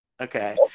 Okay